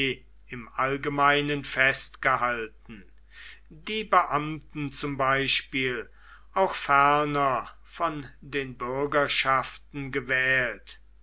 im allgemeinen festgehalten die beamten zum beispiel auch ferner von den bürgerschaften gewählt